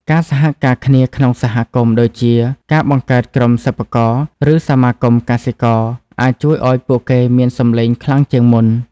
ការសហការគ្នាក្នុងសហគមន៍ដូចជាការបង្កើតក្រុមសិប្បករ ឬសមាគមកសិករអាចជួយឱ្យពួកគេមានសំឡេងខ្លាំងជាងមុន។